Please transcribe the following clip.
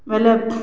ବଲେ